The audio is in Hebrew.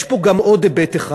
יש פה עוד היבט אחד,